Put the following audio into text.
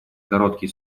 короткий